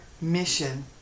mission